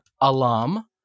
alum